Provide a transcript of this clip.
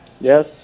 Yes